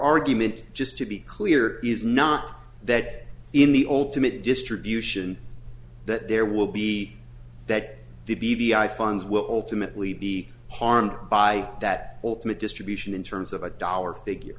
argument just to be clear is not that in the ultimate distribution that there will be that the b v i funds will ultimately be harmed by that ultimate distribution in terms of a dollar figure